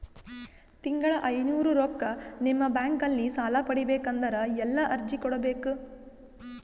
ತಿಂಗಳ ಐನೂರು ರೊಕ್ಕ ನಿಮ್ಮ ಬ್ಯಾಂಕ್ ಅಲ್ಲಿ ಸಾಲ ಪಡಿಬೇಕಂದರ ಎಲ್ಲ ಅರ್ಜಿ ಕೊಡಬೇಕು?